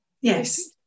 yes